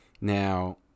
Now